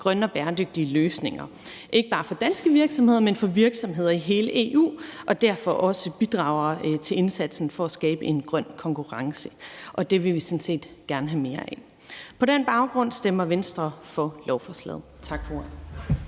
grønne og bæredygtige løsninger, ikke bare for danske virksomheder, men for virksomheder i hele EU, og det bidrager derfor også til indsatsen for at skabe en grøn konkurrence, og det vil vi sådan set gerne have mere af. På den baggrund stemmer Venstre for lovforslaget. Tak for ordet.